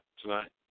tonight